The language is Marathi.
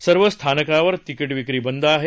सर्व स्थानकावर तिकिट विक्री बंद आहे